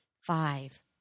Five